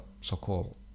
so-called